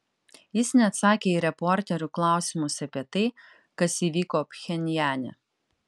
jis neatsakė į reporterių klausimus apie tai kas įvyko pchenjane